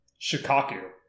Shikaku